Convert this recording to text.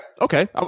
okay